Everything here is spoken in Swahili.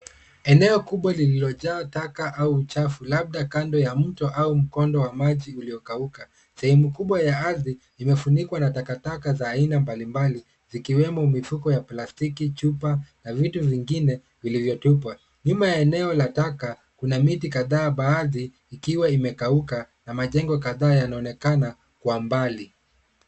Eneo kubwa lililojaa taka au uchafu labda kando ya mto au mkondo wa maji uliokauka. Sehemu kubwa ya ardhi imefunikwa na takataka za aina mbalimbali zikiwemo mifuko ya plastiki, chupa na vitu vingine vilivyotupwa. Nyuma eneo la taka, kuna miti kadhaa baadhi ikiwa imekauka na majengo kadhaa yanaonekana kwa mbali.